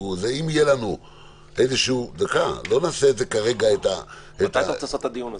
לא נעשה כרגע --- מתי אתה רוצה לעשות את הדיון הזה?